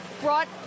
brought